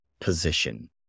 position